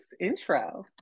intro